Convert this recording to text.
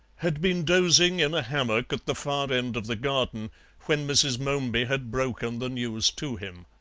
had been dozing in a hammock at the far end of the garden when mrs. momeby had broken the news to him.